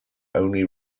only